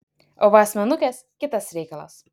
o va asmenukės kitas reikalas